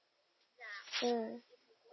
mm